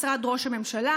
משרד ראש הממשלה,